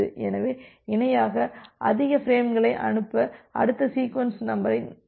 எனவே இணையாக அதிக பிரேம்களை அனுப்ப அடுத்த சீக்வென்ஸ் நம்பரை நீங்கள் பயன்படுத்த முடியும்